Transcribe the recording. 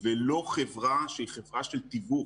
ולא על חברה שהיא חברה של תיווך.